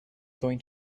going